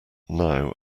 now